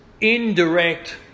indirect